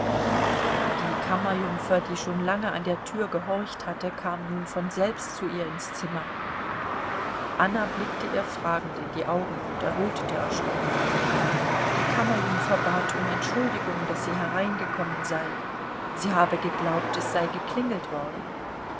die kammerjungfer die schon lange an der tür gehorcht hatte kam nun von selbst zu ihr ins zimmer anna blickte ihr fragend in die augen und errötete erschrocken die kammerjungfer bat um entschuldigung daß sie hereingekommen sei sie habe geglaubt es sei geklingelt worden